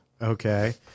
Okay